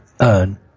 earn